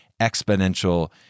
exponential